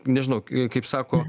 nežinau kaip sako